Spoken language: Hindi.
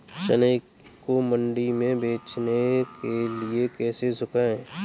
चने को मंडी में बेचने के लिए कैसे सुखाएँ?